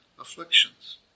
afflictions